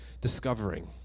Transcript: discovering